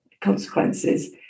consequences